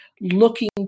looking